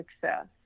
success